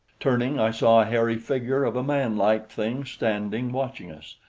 turning, i saw a hairy figure of a manlike thing standing watching us,